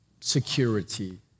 security